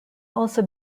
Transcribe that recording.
also